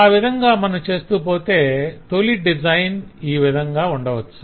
ఆ విధంగా మనం చేస్తూపోతే తోలి డిజైన్ ఈ విధంగా ఉండవచ్చు